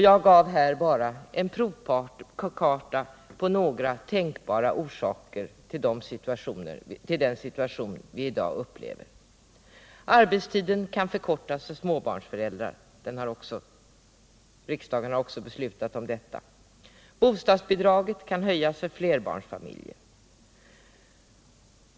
— Jag gav här bara en provkarta på några tänkbara orsaker till den situation vi i dag upplever. Arbetstiden kan förkortas för småbarnsföräldrar — riksdagen har också beslutat om detta. Bostadsbidraget kan höjas för flerbarnsfamiljer.